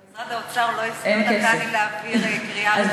אבל משרד האוצר לא נתן להעביר בקריאה ראשונה.